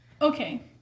Okay